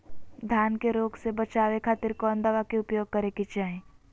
धान के रोग से बचावे खातिर कौन दवा के उपयोग करें कि चाहे?